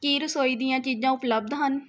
ਕੀ ਰਸੋਈ ਦੀਆਂ ਚੀਜ਼ਾਂ ਉਪਲਬਧ ਹਨ